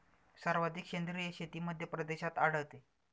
सर्वाधिक सेंद्रिय शेती मध्यप्रदेशात आढळते